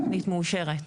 התוכנית מאושרת.